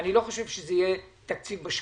אני לא חושב שזה יהיה תקציב בשמיים.